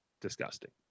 disgusting